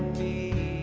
the